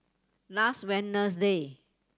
last Wednesday